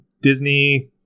Disney